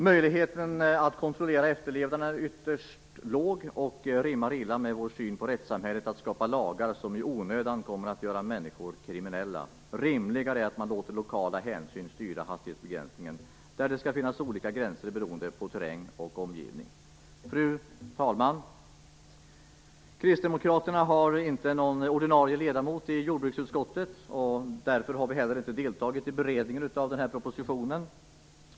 Möjligheten att kontrollera efterlevnaden är ytterst låg, och det rimmar illa med vår syn på rättssamhället att skapa lagar som i onödan kommer att göra människor kriminella. Det är rimligare är att man låter lokala hänsyn styra hastighetsbegränsningen där det skall finnas olika gränser beroende på terräng och omgivning. Fru talman! Kristdemokraterna har inte någon ordinarie ledamot i jordbruksutskottet. Därför har vi inte heller deltagit i beredningen av den här propositionen.